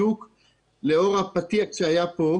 לאור הפתיח שהיה כאן,